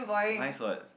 nice what